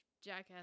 jackass